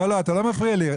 אתה לא מפריע לי.